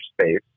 space